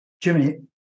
Jimmy